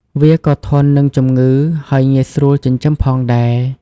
វាក៏ធន់នឹងជំងឺ ហើយងាយស្រួលចិញ្ចឹមផងដែរ។